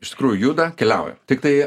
iš tikrųjų juda keliauja tiktai